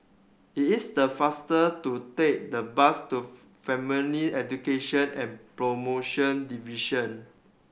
it is the faster to take the bus to Family Education and Promotion Division